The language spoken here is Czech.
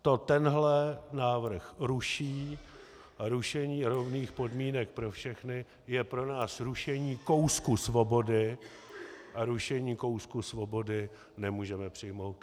To tenhle návrh ruší a rušení rovných podmínek pro všechny je pro nás rušení kousku svobody a rušení kousku svobody nemůžeme přijmout.